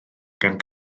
gan